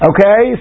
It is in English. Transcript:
Okay